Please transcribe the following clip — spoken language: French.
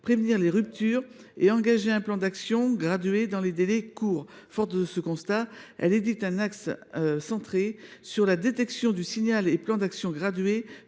prévenir les ruptures et engager un plan d’action gradué dans des délais courts ». Forte de ce constat, elle est construite autour d’un axe centré sur la « détection du signal et [un] plan d’action gradué